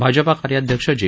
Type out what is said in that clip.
भाजपा कार्याध्यक्ष जे